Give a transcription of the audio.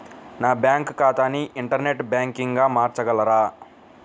నా బ్యాంక్ ఖాతాని ఇంటర్నెట్ బ్యాంకింగ్గా మార్చగలరా?